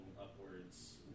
upwards